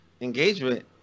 engagement